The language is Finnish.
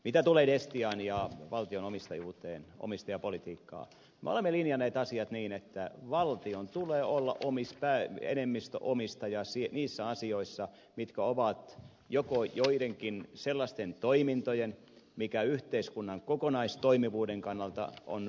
mitä tulee destiaan ja valtion omistajuuteen omistajapolitiikkaan me olemme linjanneet asiat niin että valtion tulee olla enemmistöomistaja niissä asioissa mitkä ovat joko joidenkin sellaisten toimintojen mikä yhteiskunnan kokonaistoimivuuden kannalta välttämättömiä